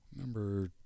number